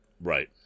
Right